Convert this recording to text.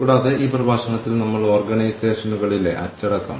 കൂടാതെ ആ പുസ്തകത്തിൽ ഞാൻ ഉപയോഗിച്ച ഒരു പേപ്പർ ഉണ്ട്